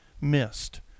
missed